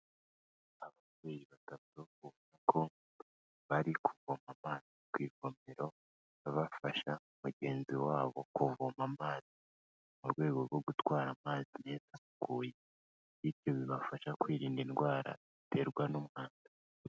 Ababyeyi batatu bavuga ko bari kuvoma amazi ku ivomero bafasha mugenzi wabo kuvoma amazi mu rwego rwo gutwara amazi asukuye bityo bibafasha kwirinda indwara ziterwa n'umwanda.